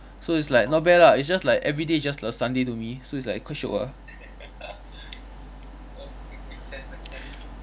so it's like not bad lah it's just like everyday just a sunday to me so it's like quite shiok ah